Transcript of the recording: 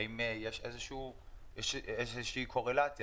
האם יש איזושהי קורלציה.